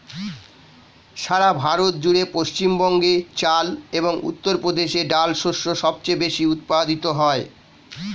সারা ভারত জুড়ে পশ্চিমবঙ্গে চাল এবং উত্তরপ্রদেশে ডাল শস্য সবচেয়ে বেশী উৎপাদিত হয়